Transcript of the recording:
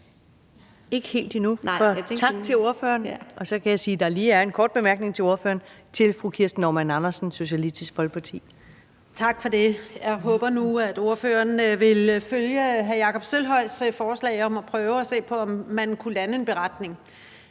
tak for i aften endnu, for jeg kan sige, at der lige er en kort bemærkning til ordføreren fra fru Kirsten Normann Andersen, Socialistisk Folkeparti. Kl. 20:38 Kirsten Normann Andersen (SF): Tak for det. Jeg håber nu, at ordføreren vil følge hr. Jakob Sølvhøjs forslag om at prøve at se på, om man kunne lande en beretning.